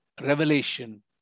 Revelation